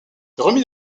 remis